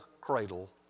cradle